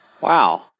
Wow